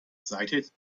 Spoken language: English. sighed